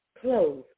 close